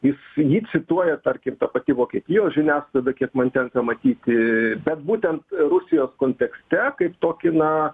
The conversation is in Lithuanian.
jis jį cituoja tarkim ta pati vokietijos žiniasklaida kiek man tenka matyti bet būtent rusijos kontekste kaip tokį na